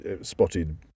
spotted